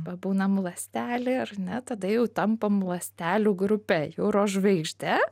pabūnam ląstelė ar ne tada jau tampam ląstelių grupe jūros žvaigžde